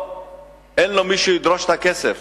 אין לו מי שידרוש את הכסף,